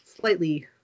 slightly